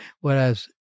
whereas